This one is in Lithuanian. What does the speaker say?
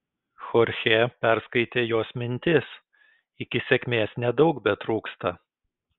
chorchė perskaitė jos mintis iki sėkmės nedaug betrūksta